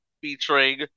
featuring